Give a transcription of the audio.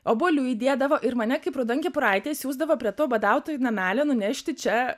obuolių įdėdavo ir mane kaip raudonkepuraitę išsiųsdavo prie to badautojų namelio nunešti čia